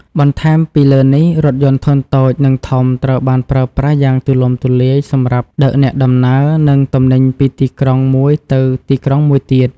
បន្ថែមពីលើនេះ រថយន្តធុនតូច និងធំ ក៏ត្រូវបានប្រើប្រាស់យ៉ាងទូលំទូលាយសម្រាប់ដឹកអ្នកដំណើរ និងទំនិញពីទីក្រុងមួយទៅទីក្រុងមួយទៀត។